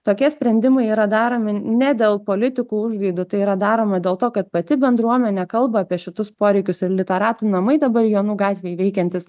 tokie sprendimai yra daromi ne dėl politikų užgaidų tai yra daroma dėl to kad pati bendruomenė kalba apie šitus poreikius ir literatų namai dabar jonų gatvėj veikiantys